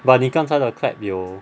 but 你刚才的 clap 有